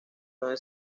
donde